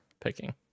picking